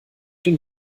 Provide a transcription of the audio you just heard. den